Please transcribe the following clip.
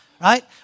right